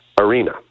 arena